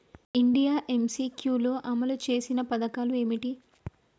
India MCQ లో అమలు చేసిన పథకాలు ఏమిటి?